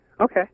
Okay